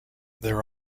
there